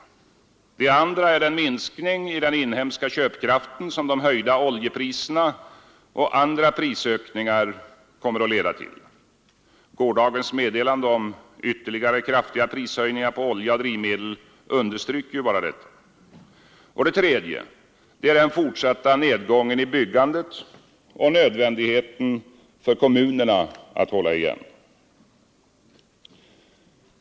Det andra är den minskning i debatt den inhemska köpkraften som de höjda oljepriserna och övriga prisökningar kommer att leda till. Gårdagens meddelande om ytterligare kraftiga prishöjningar på olja och drivmedel understryker bara detta. Det tredje är den fortsatta nedgången i byggandet och nödvändigheten för kommunerna att hålla igen.